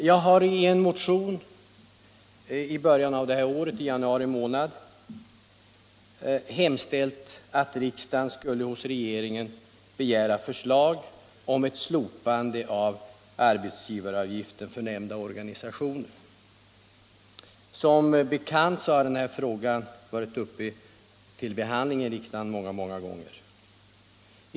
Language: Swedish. Jag har i en motion i början av det här året — i januari månad — hemställt att riksdagen skulle hos regeringen begära förslag om ett slopande av arbetsgivaravgiften för nämnda organisationer. Som bekant har denna fråga varit uppe till behandling i riksdagen många gånger tidigare.